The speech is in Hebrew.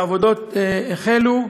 העבודות החלו,